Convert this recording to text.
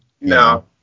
No